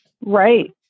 Right